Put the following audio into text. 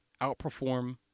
outperform